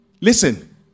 Listen